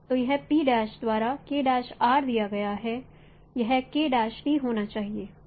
तो यह द्वारा दिया गया है और यह होना चाहिए